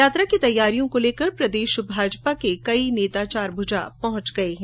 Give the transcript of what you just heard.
यात्रा की तैयारियों को लेकर प्रदेश भाजपा के कई नेता चारभुजा पहुंच गए हैं